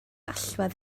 allwedd